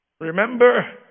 Remember